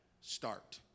start